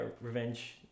revenge